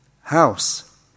house